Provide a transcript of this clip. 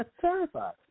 terrified